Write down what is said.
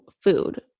food